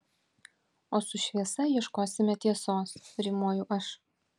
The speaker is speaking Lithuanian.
o su šviesa ieškosime tiesos rimuoju aš